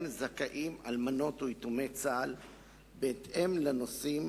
זכאים אלמנות ויתומי צה"ל בהתאם לנושאים